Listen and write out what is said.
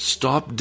stop